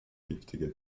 giftige